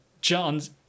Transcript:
John's